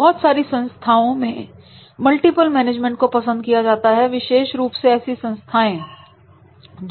बहुत सारी संस्थाओं में मल्टीपल मैनेजमेंट को पसंद किया जाता है विशेष रुप से ऐसी संस्थाएं